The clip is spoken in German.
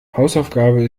hausaufgabe